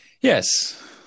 Yes